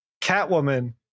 Catwoman